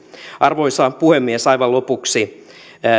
arvoisa puhemies aivan lopuksi myös